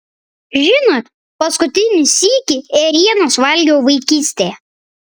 žinot paskutinį sykį ėrienos valgiau vaikystėje